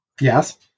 Yes